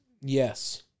Yes